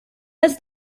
ist